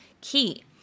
key